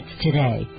today